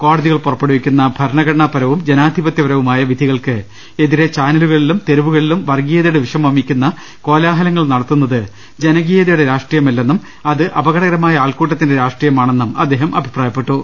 കോടതികൾ പുറപ്പെടുവിക്കുന്ന ഭരണഘട നാപരവും ജനാധിപത്യപരവുമായ വിധികൾക്ക് എതിരെ ചാനലുകളിലും തെരുവു കളിലും വർഗീയതയുടെ വിഷം വമിക്കുന്ന കോലാഹലങ്ങൾ നടത്തുന്നത് ജനകീ യതയുടെ രാഷ്ട്രീയമല്ലെന്നും അത് അപകടകരമായ ആൾക്കൂട്ടത്തിന്റെ രാഷ്ട്രീയമാ ണെന്നും അദ്ദേഹം അഭിപ്രായപ്പെട്ടു